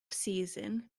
season